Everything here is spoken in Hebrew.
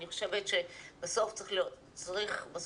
אני חושבת שצריך בסוף,